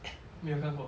没有看过